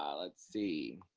let's see.